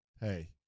Hey